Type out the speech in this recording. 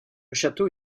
château